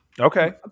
Okay